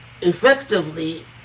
effectively